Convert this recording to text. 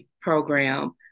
program